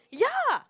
yup